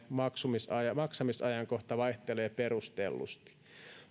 maksamisajankohta maksamisajankohta vaihtelee perustellusti